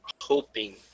hoping